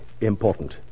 Important